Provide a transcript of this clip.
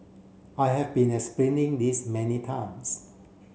I have been explaining this many times